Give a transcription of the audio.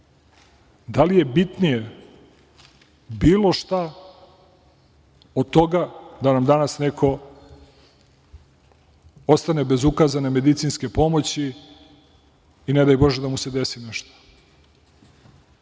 Da li je bitnije bilo šta od toga da nam danas neko ostane bez ukazane medicinske pomoći i ne daj Bože da mu se desi nešto?